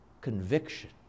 conviction